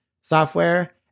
software